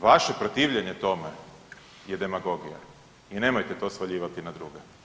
Vaše protivljenje tome je demagogija i nemojte to svaljivati na druge.